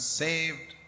saved